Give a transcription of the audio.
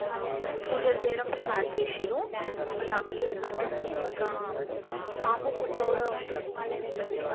పూజలు చేయడం స్టార్ట్ చేసారు ఆ వేప చెట్టు పక్కనే ఒక పాము పుట్ట కూడా ఉంటుం ఉంటుండే